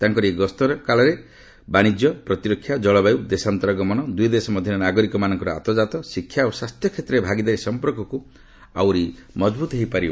ତାଙ୍କର ଏହି ଗସ୍ତ ବାଣିଜ୍ୟ ପ୍ରତିରକ୍ଷା ଜଳବାୟୁ ଦେଶାନ୍ତର ଗମନ ଦୁଇଦେଶ ମଧ୍ୟରେ ନାଗରିକମାନଙ୍କର ଆତଯାତ ଶିକ୍ଷା ଓ ସ୍ୱାସ୍ଥ୍ୟ କ୍ଷେତ୍ରରେ ଭାଗିଦାରୀ ସମ୍ପର୍କକ୍ତ ଆହୁରି ମଜବୃତ କରିବ